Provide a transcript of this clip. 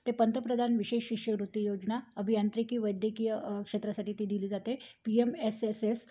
ते पंतप्रधान विशेष शिष्यवृत्ती योजना अभियांत्रिकी वैद्यकीय क्षेत्रासाठी ती दिली जाते P M S S S